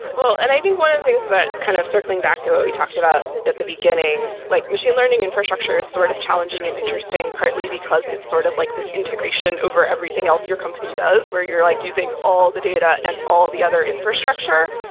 well, and i think one of the things that kind of circling back to what we talked about at the beginning, like machine learning infrastructure is sort of challenging and interesting partly because it's sort of like this integration over everything else your company does where you're like using all these data and all the other infrastructure,